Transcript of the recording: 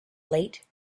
late